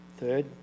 Third